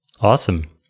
Awesome